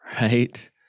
Right